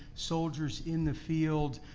soldiers in the field,